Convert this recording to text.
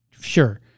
sure